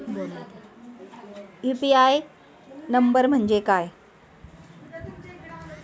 UPI number म्हणजे काय?